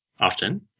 often